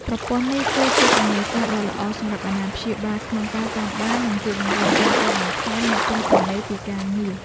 ប្រព័ន្ធនេះគឺជាជំនួយការដ៏ល្អសម្រាប់អាណាព្យាបាលក្នុងការតាមដាន និងជួយបង្រៀនកូនៗបន្ថែមនៅពេលទំនេរពីការងារ។